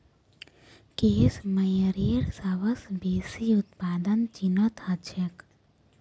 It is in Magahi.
केस मेयरेर सबस बेसी उत्पादन चीनत ह छेक